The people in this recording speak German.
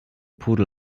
pudel